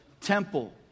temple